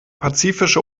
pazifische